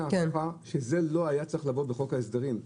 ההוכחה שזה לא היה צריך לבוא בחוק ההסדרים.